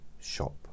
shop